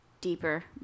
deeper